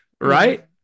right